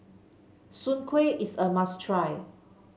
Soon Kueh is a must try